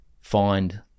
find